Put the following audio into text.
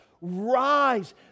rise